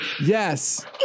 Yes